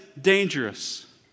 dangerous